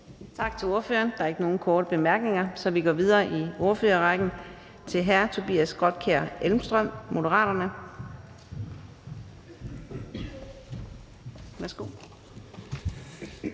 Tak til ordføreren. Der er ikke nogen korte bemærkninger, så vi går videre i ordførerrækken til hr. Christoffer Aagaard Melson